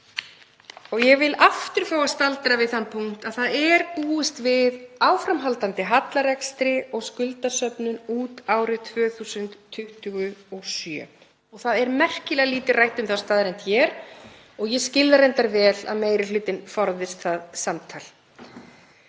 Ég vil aftur fá að staldra við þann punkt að það er búist við áframhaldandi hallarekstri og skuldasöfnun út árið 2027. Það er merkilega lítið rætt um þá staðreynd hér og ég skil reyndar vel að meiri hlutinn forðist það samtal.